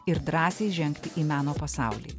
ir drąsiai žengti į meno pasaulį